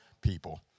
people